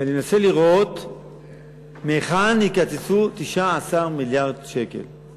ואני מנסה לראות מהיכן יקצצו 19 מיליארד שקל.